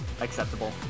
acceptable